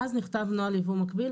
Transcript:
ואז נכתב נוהל יבוא מקביל.